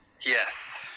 yes